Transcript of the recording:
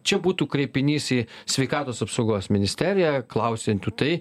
čia būtų kreipinys į sveikatos apsaugos ministeriją klausiant jų tai